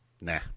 nah